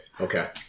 Okay